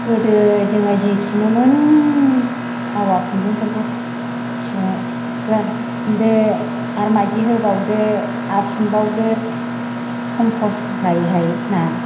गोदो जोङो जि थुनो मोन आवा खुंदुंफोरखौ आर माइदि होबावदो आर थुनबावदो खम खस्थ' जायोहाय ना